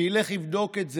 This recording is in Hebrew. שילך ויבדוק את זה,